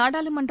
நாடாளுமன்ற